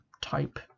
type